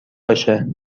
باشه